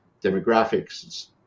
demographics